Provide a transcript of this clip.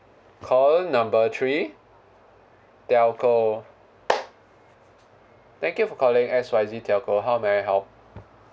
call number three telco thank you for calling X Y Z telco how may I help